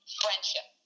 friendship